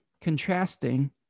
contrasting